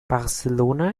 barcelona